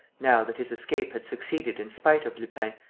now that his escape had succeeded in spite of lupin,